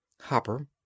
hopper